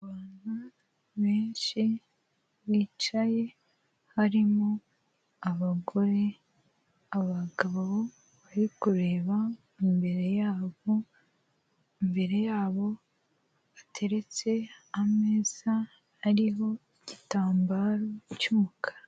Abantu benshi bicaye harimo abagore, abagabo bari kureba imbere yabo, imbere yabo hateretse ameza ariho igitambaro cy'umukara.